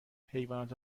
حیوانات